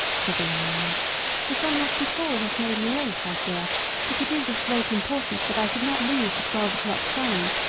said the young man this unlucky fall has made me late, i fear but it is of great importance that i should not lose the twelve o'clock train.